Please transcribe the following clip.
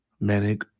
manic